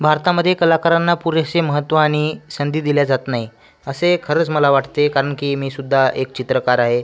भारतामध्ये कलाकारांना पुरेसे महत्त्व आणि संधी दिल्या जात नाही असे खरंच मला वाटते कारण की मी सुद्धा एक चित्रकार आहे